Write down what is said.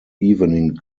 evening